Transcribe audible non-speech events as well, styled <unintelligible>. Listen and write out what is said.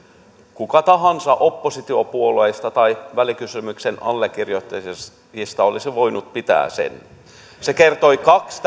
kuka tahansa oppositiopuolueista tai välikysymyksen allekirjoittajista olisi voinut käyttää sen se kertoi kaksi <unintelligible>